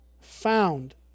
found